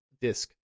disk